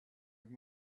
have